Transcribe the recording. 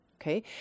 okay